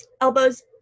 elbows